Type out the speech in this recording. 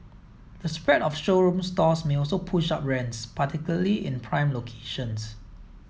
the spread of showroom stores may also push up rents particularly in prime locations